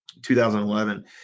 2011